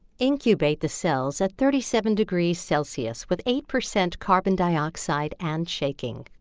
incubate the cells at thirty seven degrees celsius with eight percent carbon dioxide and shaking.